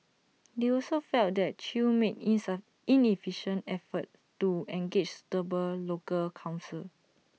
they also felt that chew made inefficient efforts to engage suitable local counsel